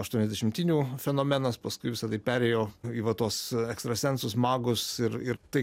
aštuoniasdešimtinių fenomenas paskui visa tai perėjo į va tuos ekstrasensus magus ir ir tai